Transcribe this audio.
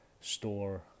store